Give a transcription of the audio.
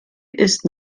ist